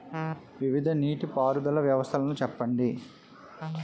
వివిధ నీటి పారుదల వ్యవస్థలను చెప్పండి?